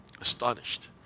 astonished